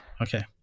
okay